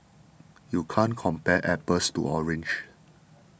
you can't compare apples to oranges